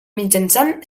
mitjançant